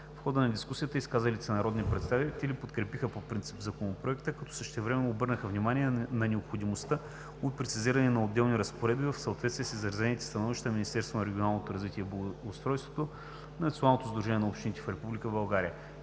В хода на дискусията изказалите се народни представители подкрепиха по принцип Законопроекта, като същевременно обърнаха внимание на необходимостта от прецизиране на отделни разпоредби в съответствие с изразените становища на Министерството на регионалното развитие и благоустройството и на Националното сдружение на общините в